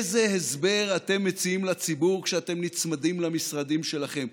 איזה הסבר אתם מציעים לציבור כשאתם נצמדים למשרדים שלכם?